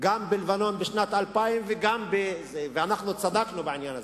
גם בלבנון בשנת 2000. אנחנו צדקנו בעניין הזה.